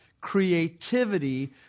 creativity